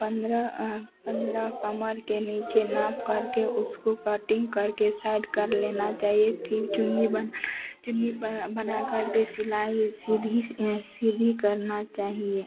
पन्द्रह पन्द्रह कमर के नीचे नाप करके उसको कटिन्ग करके साइड कर लेना चाहिए फिर चुन्नी बनाना है चुन्नी पर बना करके सिलाई सीधी सीधी करनी चाहिए